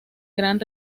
gran